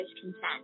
consent